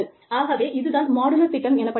ஆகவே இது தான் மாடுலார் திட்டம் எனப்படுகிறது